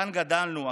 כאן גדלנו,